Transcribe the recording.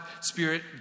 Spirit